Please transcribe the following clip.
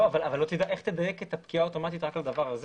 אבל איך תדייק את הפקיעה האוטומטית רק על הדבר הזה?